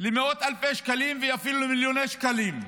למאות אלפי שקלים ואפילו למיליוני שקלים.